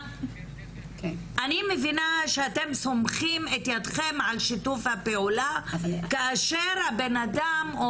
אני מבינה שאתם סומכים את ידכם על שיתוף הפעולה כאשר הבן-אדם,